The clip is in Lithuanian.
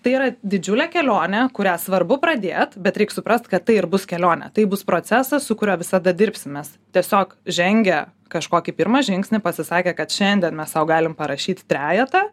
tai yra didžiulė kelionė kurią svarbu pradėt bet reik suprast kad tai ir bus kelionė tai bus procesas su kuriuo visada dirbsim mes tiesiog žengę kažkokį pirmą žingsnį pasisakę kad šiandien mes sau galim parašyt trejetą